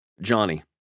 Johnny